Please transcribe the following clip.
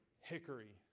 hickory